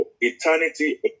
eternity